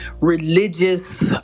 religious